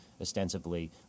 ostensibly